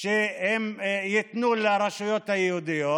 שהם ייתנו לרשויות היהודיות,